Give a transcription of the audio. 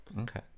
Okay